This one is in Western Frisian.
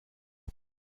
tún